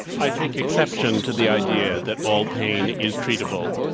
i take exception to the idea that all pain is treatable.